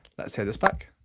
let's hear this back.